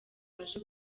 aje